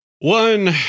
One